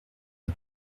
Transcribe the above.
n’a